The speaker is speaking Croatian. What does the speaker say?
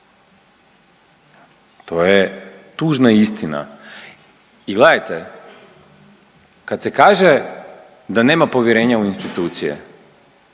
To je tužna istina. I gledajte, kad se kaže da nema povjerenja u institucije,